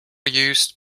use